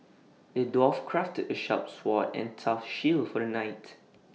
the dwarf crafted A sharp sword and tough shield for the knight